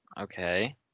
Okay